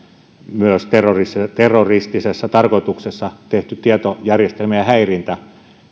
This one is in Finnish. myös terroristisessa terroristisessa tarkoituksessa tehty tietojärjestelmien häirintä